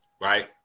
Right